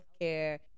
healthcare